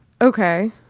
Okay